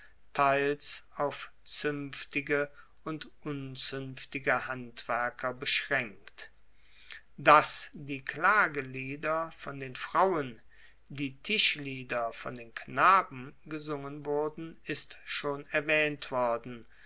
teils auf zuenftige und unzuenftige handwerker beschraenkt dass die klagelieder von den frauen die tischlieder von den knaben gesungen wurden ist schon erwaehnt worden